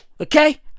Okay